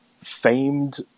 famed